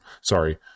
sorry